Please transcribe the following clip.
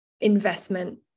investment